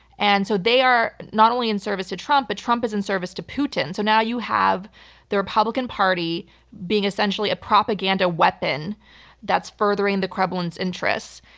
and so they are not only in service to trump, but trump is in service to putin, so now you have the republican party being essentially a propaganda weapon that's furthering the kremlin's interests,